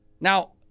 Now